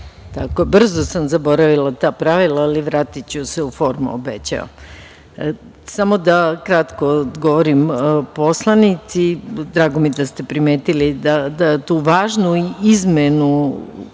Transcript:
Tako brzo sam zaboravila ta pravila, ali vratiću se u formu obećavam. Samo da kratko odgovorim poslanici. Drago mi je da ste primetili da tu važnu izmenu